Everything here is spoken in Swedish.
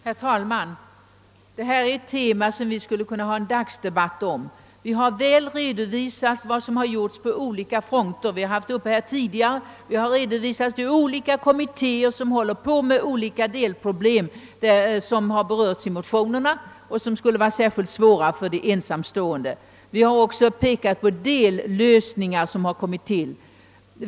Herr talman! Detta är ett tema som vi skulle kunna föra en hel dags debatt om. Utskottet har redovisat dels vad som gjorts på olika fronter, dels vilka olika kommittéer som arbetar med de delproblem som har berörts i motionerna och som skulle vara särskilt svåra för de ensamstående. Vi har också pekat på dellösningar.